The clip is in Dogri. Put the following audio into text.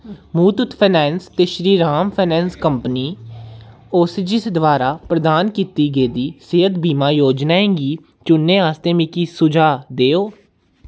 मुथूट फाइनैंस ते श्रीराम फाइनैंस कंपनी अजैंसियें द्वारा प्रदान कीती गेदी सेह्त बीमा योजनाएं गी चुनने आस्तै मिगी सुझाऽ देओ